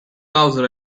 house